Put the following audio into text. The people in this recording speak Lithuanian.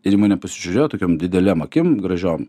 ir į mane pasižiūrėjo tokiom didelėm akim gražiom